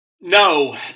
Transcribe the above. No